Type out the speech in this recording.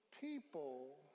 People